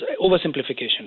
oversimplification